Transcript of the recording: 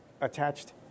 attached